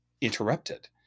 interrupted